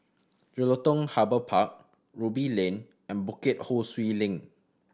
Jelutung Harbour Park Ruby Lane and Bukit Ho Swee Link